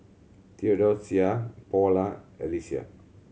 Theodocia Paula Alysia